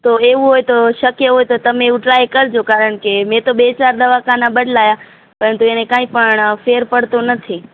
તો એવું હોય તો શક્ય હોય તો તમે એવું ટ્રાય કરજો કારણ કે મેં તો બે ચાર દવાખાના બદલાવ્યાં પરંતુ એને કાંઈ પણ ફેર પડતો નથી